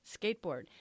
skateboard